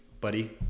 buddy